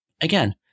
Again